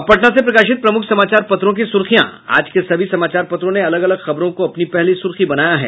अब पटना से प्रकाशित प्रमुख समाचार पत्रों की सुर्खियां आज के सभी समाचार पत्रों ने अलग अलग खबरों को अपनी पहली सुर्खी बनाया है